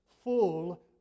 full